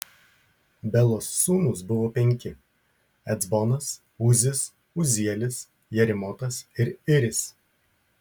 belos sūnūs buvo penki ecbonas uzis uzielis jerimotas ir iris